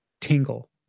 tingle